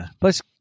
Plus